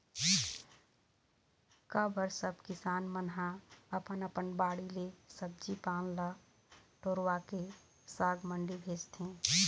का बर सब किसान मन ह अपन अपन बाड़ी ले सब्जी पान ल टोरवाके साग मंडी भेजथे